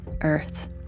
Earth